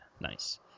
Nice